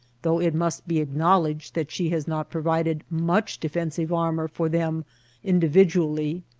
though it must be acknowledged that she has not provided much defensive armor for them individually.